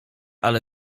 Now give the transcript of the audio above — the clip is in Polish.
ale